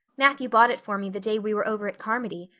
matthew bought it for me the day we were over at carmody.